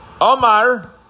Omar